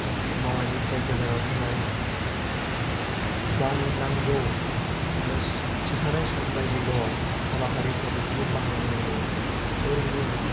मावनायनिफ्राय गोजानाव थानाय गावनि नांगौ आरो थिखानाय सम बायदिल' हाबाफारिफ्रा बेफोरखौ बाहायनो नांगौ ओरैनो